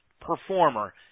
performer